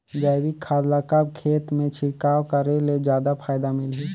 जैविक खाद ल कब खेत मे छिड़काव करे ले जादा फायदा मिलही?